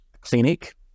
clinic